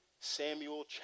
Samuel